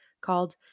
called